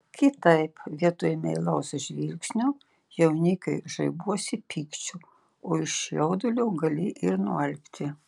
kitaip vietoj meilaus žvilgsnio jaunikiui žaibuosi pykčiu o iš jaudulio gali ir nualpti